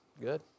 good